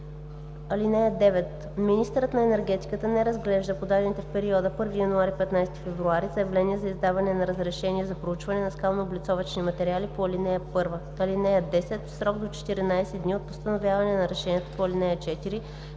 (9) Министърът на енергетиката не разглежда подадени в периода 1 януари – 15 февруари заявления за издаване на разрешения за проучване на скалнооблицовъчните материали по ал. 1. (10) В срок до 14 дни от постановяване на решението по ал. 4